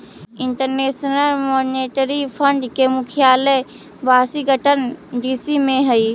international monetary fund के मुख्यालय Washington DC में हई